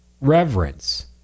reverence